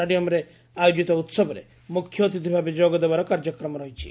ଡିୟମରେ ଆୟୋକିତ ଉ ମୁଖ୍ୟଅତିଥ ଭାବେ ଯୋଗ ଦେବାର କାର୍ଯ୍ୟକ୍ରମ ରହିଛି